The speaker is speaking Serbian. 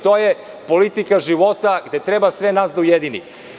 To je politika života koja treba sve nas da ujedini.